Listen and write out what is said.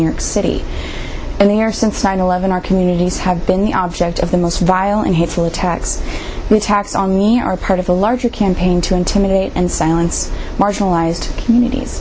york city and there since nine eleven our communities have been the object of the most violent hateful attacks tax on me are part of a larger campaign to intimidate and silence marginalized communities